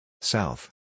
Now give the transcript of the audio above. South